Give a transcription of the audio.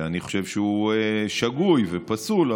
שאני חושב שהוא שגוי ופסול,